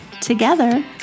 together